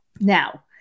Now